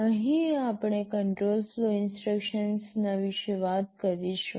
અહીં આપણે control flow instruction વિશે વાત કરીશું